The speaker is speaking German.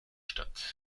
statt